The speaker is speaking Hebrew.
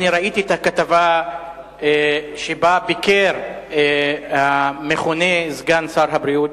אני ראיתי את הכתבה שבה ביקר המכונה סגן שר הבריאות,